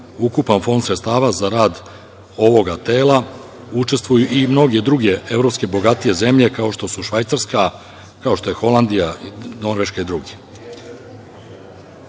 Ukupan fond sredstava za rad ovog tela … Učestvuju i mnoge druge evropske bogatije zemlje, kao što su Švajcarska, Holandija, Norveška i dr.Treći